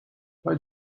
why